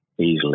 easily